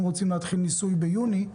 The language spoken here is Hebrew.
אם רוצים להתחיל ניסוי ביוני,